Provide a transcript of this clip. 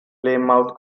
plymouth